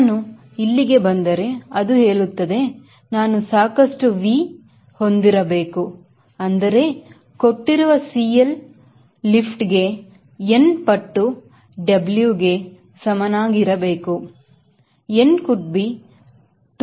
ನಾನು ಇಲ್ಲಿಗೆ ಬಂದರೆಅದು ಹೇಳುತ್ತದೆ ನಾನು ಸಾಕಷ್ಟು V ಹೊಂದಿರಬೇಕು ಅಂದರೆ ಕೊಟ್ಟಿರುವ CL ಲಿಫ್ಟ್ ಗೆ n ಪಟ್ಟು W ಗೆ ಸಮನಾಗಿರಬೇಕು n could be 2 3 1